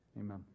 amen